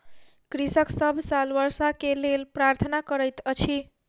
कृषक सभ साल वर्षा के लेल प्रार्थना करैत अछि